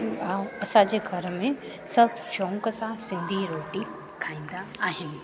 ऐं असांजे घर में सभु शौक़ सां सिंधी रोटी खाहींदा आहिनि